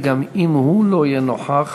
ואם גם הוא לא יהיה נוכח,